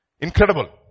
incredible